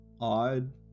odd